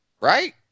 right